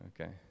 Okay